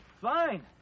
Fine